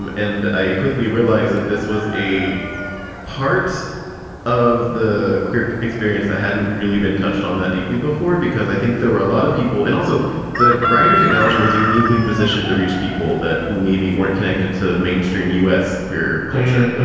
um and i quickly realized that this was a part of the queer experience that hadn't really been touched on that deeply before, because i think there were a lot of people and also the grinder technology was uniquely positioned to reach people that maybe weren't connected to mainstream u s. queer culture.